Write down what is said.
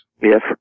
Yes